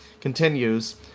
continues